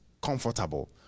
comfortable